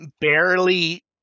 barely